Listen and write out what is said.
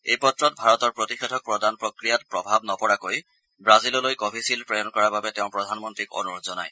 এই পত্ৰত ভাৰতৰ প্ৰতিষেধক প্ৰদান প্ৰক্ৰিয়াত প্ৰভাৱ নপৰাকৈ ব্ৰাজিললৈ ক ভিশ্বিল্ড প্ৰেৰণ কৰাৰ বাবে তেওঁ প্ৰধানমন্ত্ৰীক অনুৰোধ জনায়